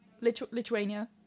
Lithuania